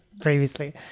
previously